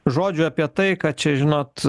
žodžių apie tai kad čia žinot